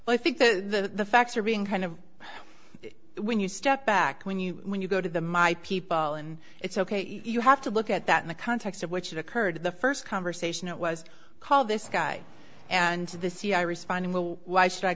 well i think the facts are being kind of when you step back when you when you go to the my people and it's ok you have to look at that in the context of which it occurred the first conversation it was called this guy and the cia responding with why should i